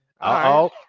Uh-oh